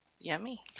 Yummy